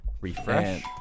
Refresh